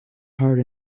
heart